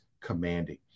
commanding